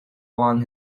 along